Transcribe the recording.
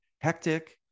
hectic